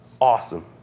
Awesome